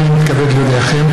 הינני מתכבד להודיעכם,